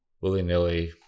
willy-nilly